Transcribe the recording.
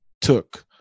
took